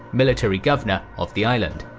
military governor, of the island.